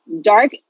Dark